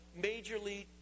majorly